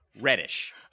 reddish